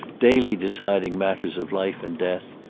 daily deciding matters of life and death,